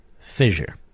fissure